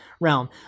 realm